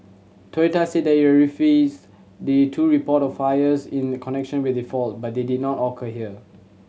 Toyota said it had the two report of fires in connection with the fault but they did not occur here